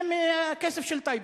זה מהכסף של טייבה.